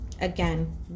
again